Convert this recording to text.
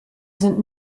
sind